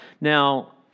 Now